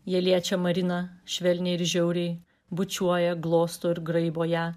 jie liečia mariną švelniai ir žiauriai bučiuoja glosto ir graibo ją